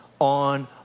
on